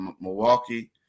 Milwaukee